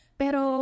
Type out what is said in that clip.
pero